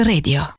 Radio